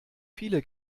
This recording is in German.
viele